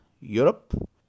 Europe